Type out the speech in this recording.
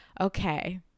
Okay